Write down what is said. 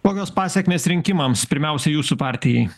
kokios pasekmės rinkimams pirmiausia jūsų partijai